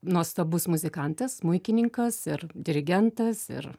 nuostabus muzikantas smuikininkas ir dirigentas ir